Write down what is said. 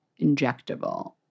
injectable